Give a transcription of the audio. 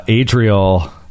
Adriel